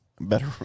Better